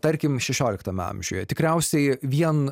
tarkim šešioliktame amžiuje tikriausiai vien